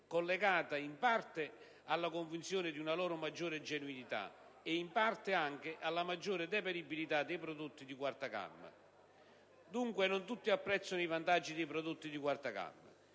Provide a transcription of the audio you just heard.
collegata, in parte, alla convinzione di una loro maggiore genuinità e, in parte, anche alla maggiore deperibilità dei prodotti di quarta gamma. Dunque, non tutti apprezzano i vantaggi dei prodotti di quarta gamma.